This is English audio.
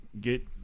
get